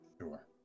Sure